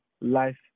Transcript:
life